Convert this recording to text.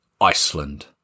Iceland